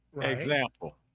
Example